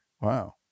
Wow